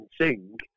sing